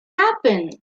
happen